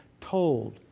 told